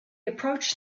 approached